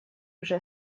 уже